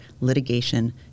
litigation